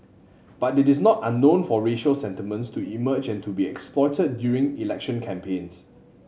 but it is not unknown for racial sentiments to emerge and to be exploited during election campaigns